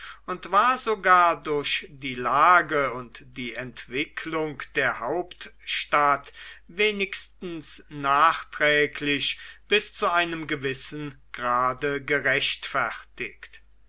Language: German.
und war sogar durch die lage und die entwicklung der hauptstadt wenigstens nachträglich bis zu einem gewissen grade gerechtfertigt